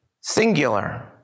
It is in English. Singular